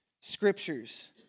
scriptures